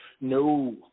No